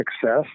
success